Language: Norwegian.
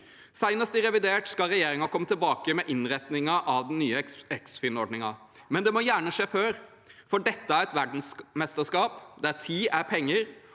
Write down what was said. Senest i revidert skal regjeringen komme tilbake med innretningen av den nye Eksfin-ordningen, men det må gjerne skje før, for dette er et verdensmesterskap der tid er penger.